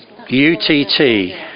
UTT